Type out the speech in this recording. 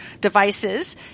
devices